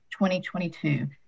2022